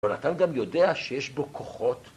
אבל אתה גם יודע שיש בו כוחות.